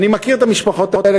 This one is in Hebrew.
אני מכיר את המשפחות האלה,